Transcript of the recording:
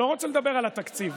אתה בורח מהתקציב,